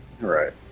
right